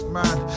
man